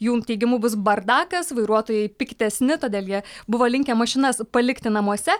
jų teigimu bus bardakas vairuotojai piktesni todėl jie buvo linkę mašinas palikti namuose